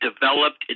developed